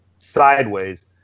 sideways